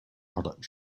product